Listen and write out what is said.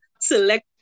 select